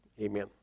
Amen